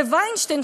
ווינשטיין,